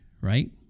right